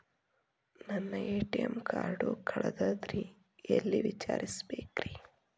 ನನ್ನ ATM card ಕಳದದ್ರಿ ಎಲ್ಲಿ ವಿಚಾರಿಸ್ಬೇಕ್ರಿ?